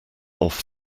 off